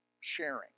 sharing